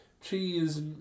cheese